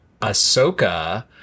Ahsoka